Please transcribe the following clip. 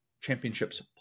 championships